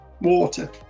water